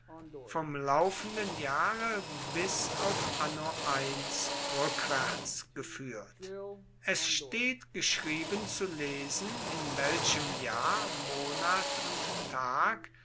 vom laufenden jahre bis auf anno eins rückwärts geführt es steht geschrieben zu lesen in welchem jahr monat und tag